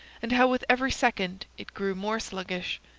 and how with every second it grew more sluggish.